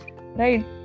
right